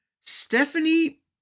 Stephanie